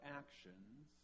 actions